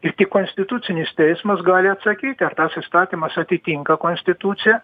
ir tik konstitucinis teismas gali atsakyti ar tas įstatymas atitinka konstituciją